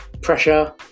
pressure